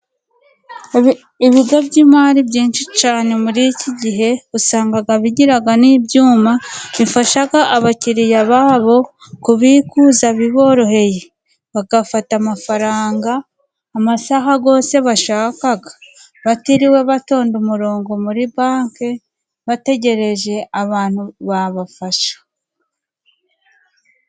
Ibigo by'imari byinshi cyane, muri iki gihe usanga bigira n'ibyuma bifasha abakiriya babo kubikuza biboroheye ,bagafata amafaranga amasaha yo bashaka batiriwe batonda umurongo muri banki bategereje abantu babafasha.